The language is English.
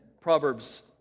Proverbs